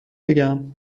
بگم